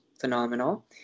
phenomenal